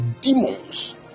demons